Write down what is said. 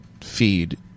feed